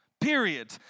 period